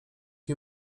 nie